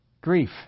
grief